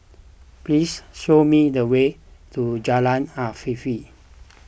please show me the way to Jalan Afifi